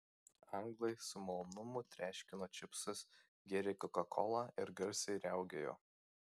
anglai su malonumu treškino čipsus gėrė kokakolą ir garsiai riaugėjo